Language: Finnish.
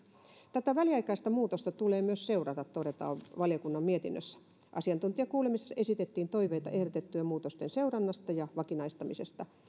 tätä väliaikaista muutosta tulee myös seurata todetaan valiokunnan mietinnössä asiantuntijakuulemisessa esitettiin toiveita ehdotettujen muutosten seurannasta ja vakinaistamisesta